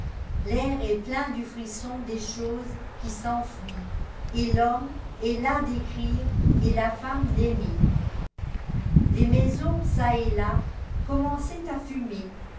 l'air est plein du frisson des choses qui s'enfuient et l'homme est las d'écrire et la femme d'aimer les maisons çà et là commençaient h fumer